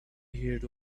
heard